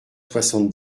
soixante